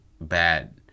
bad